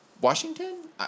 Washington